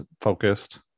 focused